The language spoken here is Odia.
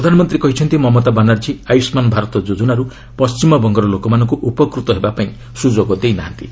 ପ୍ରଧାନମନ୍ତ୍ରୀ କହିଛନ୍ତି ମମତା ବାନାର୍ଜୀ ଆୟୁଷ୍ମାନ ଭାରତ ଯୋଜନାରୁ ପଣ୍ଢିମବଙ୍ଗର ଲୋକମାନଙ୍କୁ ଉପକୃତ ହେବା ପାଇଁ ସୁଯୋଗ ଦେଇନାହାନ୍ତି